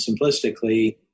simplistically